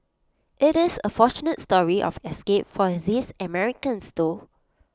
IT is A fortunate story of escape for these Americans though